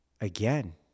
again